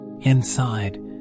Inside